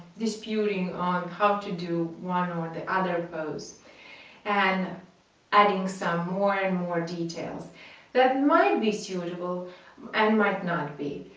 disputing on how to do one or the other pose and adding some more and more details that might be suitable and might not be.